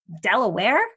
Delaware